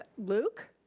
luke?